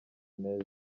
meza